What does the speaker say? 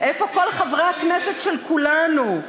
איפה כל חברי הכנסת של כולנו?